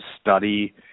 study